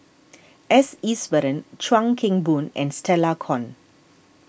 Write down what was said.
S Iswaran Chuan Keng Boon and Stella Kon